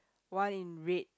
one in red